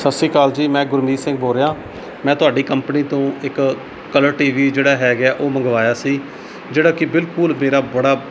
ਸਤਿ ਸ਼੍ਰੀ ਅਕਾਲ ਜੀ ਮੈਂ ਗੁਰਮੀਤ ਸਿੰਘ ਬੋਲ ਰਿਹਾਂ ਮੈਂ ਤੁਹਾਡੀ ਕੰਪਨੀ ਤੋਂ ਇੱਕ ਕਲਰ ਟੀ ਵੀ ਜਿਹੜਾ ਹੈਗਾ ਉਹ ਮੰਗਵਾਇਆ ਸੀ ਜਿਹੜਾ ਕਿ ਬਿਲਕੁਲ ਮੇਰਾ ਬੜਾ